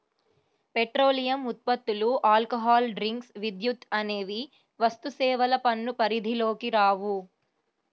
petroleum ఉత్పత్తులు, alcohol drinks, విద్యుత్ అనేవి వస్తుసేవల పన్ను పరిధిలోకి రావు